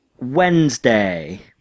Wednesday